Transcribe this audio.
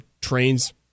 trains